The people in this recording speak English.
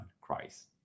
christ